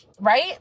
right